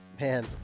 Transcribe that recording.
Man